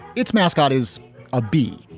its mascot is a bee,